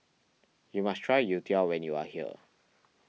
you must try Youtiao when you are here